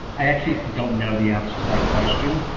i actually don't know the answer to that question.